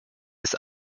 ist